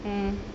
mm